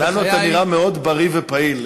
לנו אתה נראה מאוד בריא ופעיל,